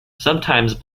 sometimes